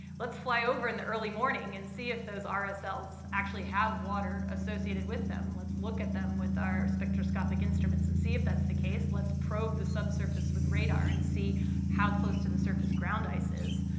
let's fly over in the early morning and see if those ah so rsls actually have water associated with them. let's look at them with our spectroscopic instruments and see if that's the case. let's probe the subsurface with radar and see how close to the surface ground ice is.